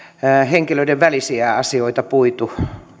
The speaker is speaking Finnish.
henkilöiden välisiä asioita puitu